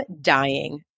dying